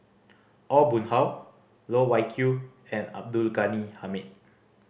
Aw Boon Haw Loh Wai Kiew and Abdul Ghani Hamid